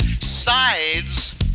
sides